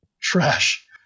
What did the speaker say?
trash